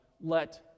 let